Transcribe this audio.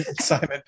Simon